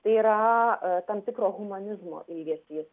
tai yra tam tikro humanizmo ilgesys